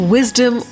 Wisdom